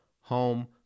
home